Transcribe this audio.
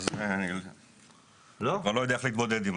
אני כבר לא יודע איך להתמודד.